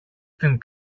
στην